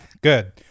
good